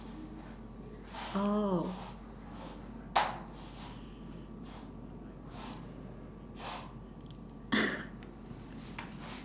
oh